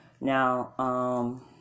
Now